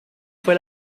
fue